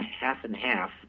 half-and-half